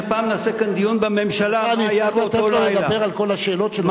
שפעם נעשה כאן דיון מה היה באותו לילה.